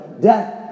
death